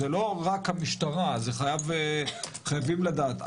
זה לא רק המשטרה - זה חייבים לדעת.